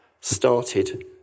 started